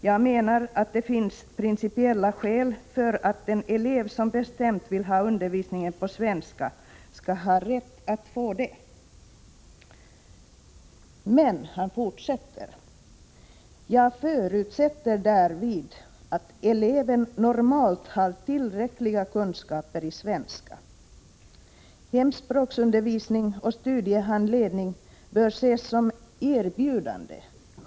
Jag menar att det finns principiella skäl för att den elev som bestämt vill ha undervisningen på svenska skall ha rätt att få det.” Men sedan heter det: ”Jag förutsätter därvid att eleven normalt har tillräckliga kunskaper i svenska.” Vidare framhålls: ”Hemspråksundervisning och studiehandledning bör ses som ett erbjudande.